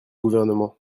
gouvernement